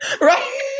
Right